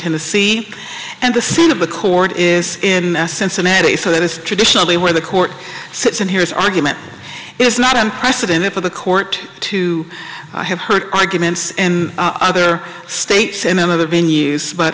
tennessee and the scene of the court is in cincinnati so that is traditionally where the court sits and hears argument it's not unprecedented for the court to have heard arguments and other states and other been used but